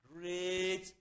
great